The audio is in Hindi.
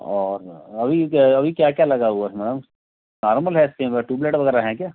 और अभी क्या है अभी क्या क्या लगा हुआ है मैम नार्मल लाइट हैं क्या ट्यूबलाइट वग़ैरह हैं क्या